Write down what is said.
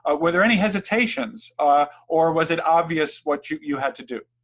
ah were there any hesitations ah or was it obvious what you you had to do?